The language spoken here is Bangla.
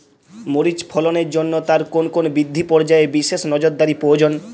মরিচ ফলনের জন্য তার কোন কোন বৃদ্ধি পর্যায়ে বিশেষ নজরদারি প্রয়োজন?